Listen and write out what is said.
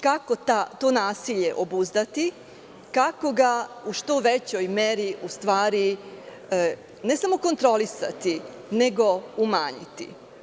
Kako to nasilje obuzdati, kako ga u što većoj meri u stvari, ne samo kontrolisati, nego umanjiti?